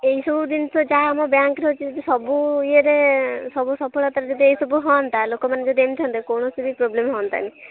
ଏହିସବୁ ଜିନିଷ ଯାହା ଆମ ବ୍ୟାଙ୍କ୍ରେ ଅଛି ଯଦି ସବୁ ୟେରେ ସବୁ ସଫଳତାରେ ଯଦି ଏହିସବୁ ହୁଅନ୍ତା ଲୋକମାନେ ଯଦି ଏମିତି ହୁଅନ୍ତେ କୌଣସି ବି ପ୍ରୋବ୍ଲେମ୍ ହୁଅନ୍ତାନି